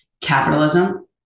capitalism